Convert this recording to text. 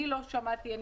לא שמעתי,